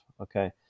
okay